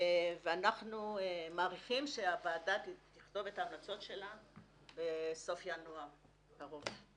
ואנחנו מעריכים שהוועדה תכתוב את ההמלצות שלה בסוף ינואר הקרוב.